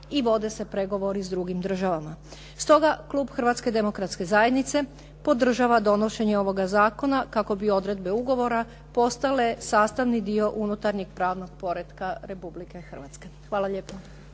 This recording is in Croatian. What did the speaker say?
i vode se pregovori s drugim državama. Stoga klub Hrvatske demokratske zajednice podržava donošenje ovoga zakona kako bi odredbe ugovora postale sastavni dio unutarnjeg pravnog poretka Republike Hrvatske. Hvala lijepo.